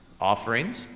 Offerings